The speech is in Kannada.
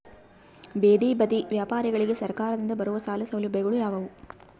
ಬೇದಿ ಬದಿ ವ್ಯಾಪಾರಗಳಿಗೆ ಸರಕಾರದಿಂದ ಬರುವ ಸಾಲ ಸೌಲಭ್ಯಗಳು ಯಾವುವು?